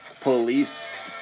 police